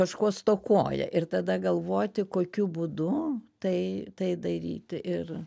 kažko stokoja ir tada galvoti kokiu būdu tai tai daryti ir